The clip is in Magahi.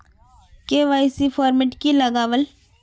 के.वाई.सी फॉर्मेट की लगावल?